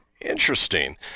Interesting